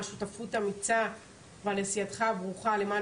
על שותפות אמיצה ועל עשייתך הברוכה למען